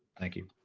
thank you.